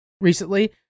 recently